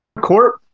corp